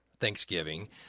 Thanksgiving